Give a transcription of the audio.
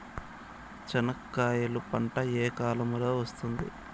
చెనక్కాయలు పంట ఏ కాలము లో వస్తుంది